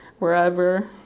wherever